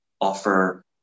offer